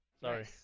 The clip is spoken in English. Sorry